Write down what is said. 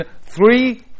three